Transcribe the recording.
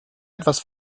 etwas